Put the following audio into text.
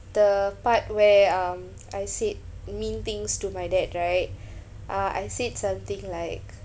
the part where um I said mean things to my dad right uh I said something like